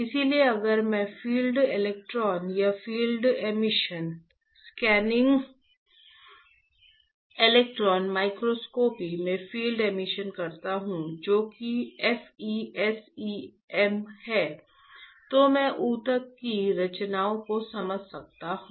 इसलिए अगर मैं फील्ड इलेक्ट्रॉन या field emission scanning electron microscopy में फील्ड एमिशन करता हूं जो कि FESEM है तो मैं ऊतक की संरचना को समझ सकता हूं